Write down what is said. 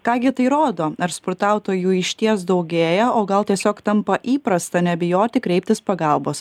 ką gi tai rodo ar smurtautojų išties daugėja o gal tiesiog tampa įprasta nebijoti kreiptis pagalbos